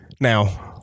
now